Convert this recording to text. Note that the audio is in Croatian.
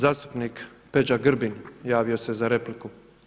Zastupnik Peđa Grbin, javio se za repliku.